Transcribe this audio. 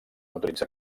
utilitzar